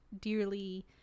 dearly